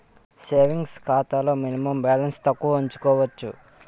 savings ఖాతాలో minimum balance తక్కువ ఉంచుకోవచ్చు